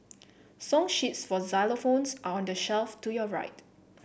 song sheets for xylophones are on the shelf to your right